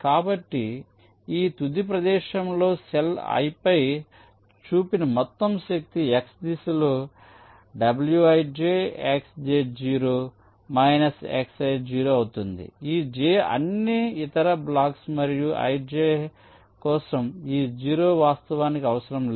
కాబట్టి ఈ తుది ప్రదేశంలో సెల్ i పై చూపిన మొత్తం శక్తి x దిశలో wij xj0 మైనస్ xi0 అవుతుంది ఈ j అన్ని ఇతర బ్లాక్స్ మరియు i j కోసం ఈ 0 వాస్తవానికి అవసరం లేదు